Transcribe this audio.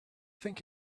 think